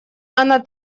оно